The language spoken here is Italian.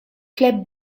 club